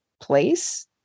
place